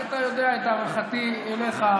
אתה יודע את הערכתי אליך,